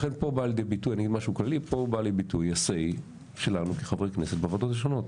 לכן פה בא לידי ביטוי ה-say שלנו כחבר כנסת בוועדות השונות.